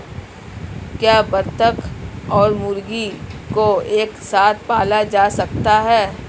क्या बत्तख और मुर्गी को एक साथ पाला जा सकता है?